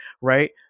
right